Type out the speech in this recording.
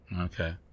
Okay